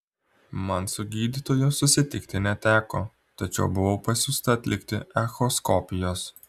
man su gydytoju susitikti neteko tačiau buvau pasiųsta atlikti echoskopijos